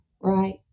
Right